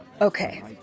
Okay